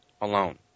alone